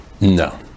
No